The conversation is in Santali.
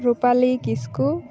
ᱨᱩᱯᱟᱞᱤ ᱠᱤᱥᱠᱩ